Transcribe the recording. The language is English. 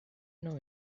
know